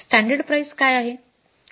standard price काय आहे